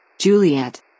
Juliet